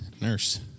Nurse